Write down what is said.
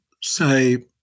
say